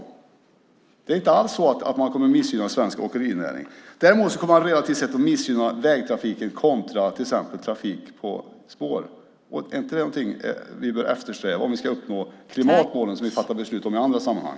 Det kommer inte alls att missgynna den svenska åkerinäringen. Däremot kommer det relativt sett att missgynna vägtrafiken kontra till exempel trafik på spår. Är inte det något vi bör eftersträva om vi ska uppnå de klimatmål som vi fattar beslut om i andra sammanhang?